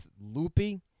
loopy